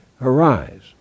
Arise